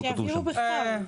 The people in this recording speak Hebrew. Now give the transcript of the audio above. אוקיי, אז תעבירו בכתב.